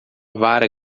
vara